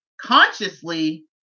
consciously